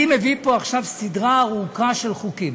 אני מביא עכשיו לפה סדרה ארוכה של חוקים